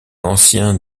ancien